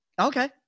Okay